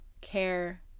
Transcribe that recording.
care